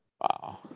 Wow